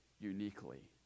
uniquely